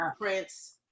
prince